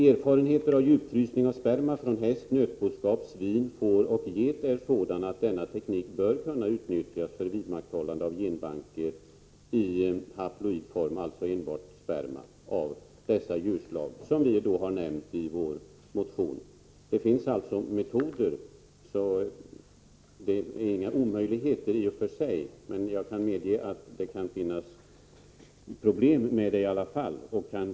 Erfarenheterna av djupfrysning av sperma från häst, nötboskap, svin, får och get är sådana att denna teknik bör kunna utnyttjas för vidmakthållande av genbanker i haploid form — alltså genom djupfrysning av enbart sperma — för de djurslag som vi har nämnt i vår motion. Det finns alltså metoder, så det är i och för sig ingen omöjlighet att inrätta en sådan genbank som vi här har talat om. Men jag kan medge att det i alla fall kan finnas problem.